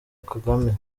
kagame